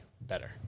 better